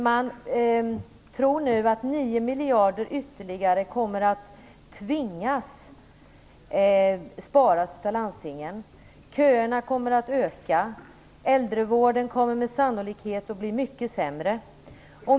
Man tror nu att landstingen kommer att tvingas spara ytterligare 9 miljarder. Köerna kommer att öka, och äldrevården kommer med sannolikhet att bli mycket sämre.